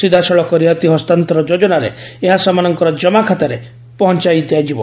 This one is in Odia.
ସିଧାସଳଖ ରିହାତି ହସ୍ତାନ୍ତର ଯୋଜନାରେ ଏହା ସେମାନଙ୍କର ଜମାଖାତାରେ ପହଂଚାଇ ଦିଆଯିବ